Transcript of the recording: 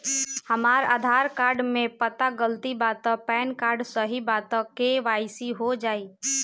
हमरा आधार कार्ड मे पता गलती बा त पैन कार्ड सही बा त के.वाइ.सी हो जायी?